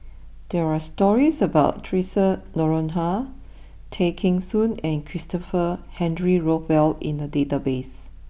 there are stories about Theresa Noronha Tay Kheng Soon and Christopher Henry Rothwell in the database